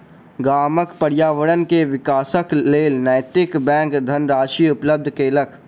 गामक पर्यावरण के विकासक लेल नैतिक बैंक धनराशि उपलब्ध केलक